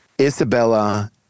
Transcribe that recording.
Isabella